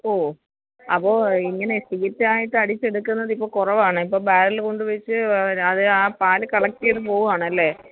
ഓ അപ്പോള് ഇങ്ങനെ ഷീറ്റായിട്ട് അടിച്ചെടുക്കുന്നത് ഇപ്പോള് കുറവാണൊ ഇപ്പോള് ബാരല് കൊണ്ടുവച്ച് അത് ആ പാല് കളക്റ്റെയ്ത് പോവാണല്ലേ